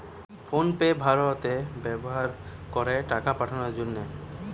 phone pay ভারতে ব্যাভার করে টাকা পাঠাবার জন্যে